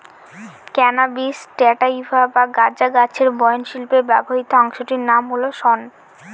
cannabis sativa বা গাঁজা গাছের বয়ন শিল্পে ব্যবহৃত অংশটির নাম হল শন